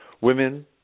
women